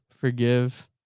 forgive